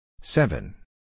Seven